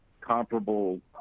comparable